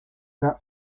that